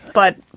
but